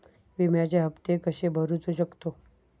विम्याचे हप्ते कसे भरूचो शकतो?